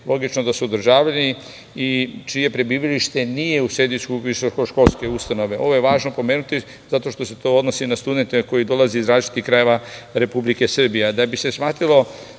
Logično da su državljani i čije prebivalište nije u sedištu visokoškolske ustanove. Ovo je važno pomenuti zato što se to odnosi na studente koji dolaze iz različitih krajeva Republike Srbije. Da bi se shvatilo